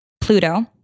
Pluto